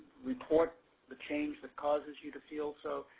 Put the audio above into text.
report the change that causes you to feel so.